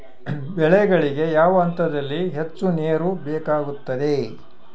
ಬೆಳೆಗಳಿಗೆ ಯಾವ ಹಂತದಲ್ಲಿ ಹೆಚ್ಚು ನೇರು ಬೇಕಾಗುತ್ತದೆ?